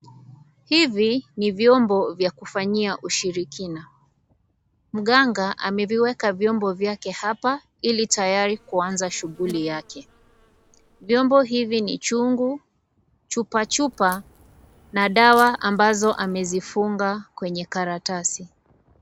Hivi ni vyombo vya kufanyia ushirikina. Mganga ameviweka vyombo vyake hapa, ili tayari kuanza shughuli yake. Vyombo hivi, ni chungu, chupa chupa na dawa ambazo amezifunga kwenye karatasi.